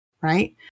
right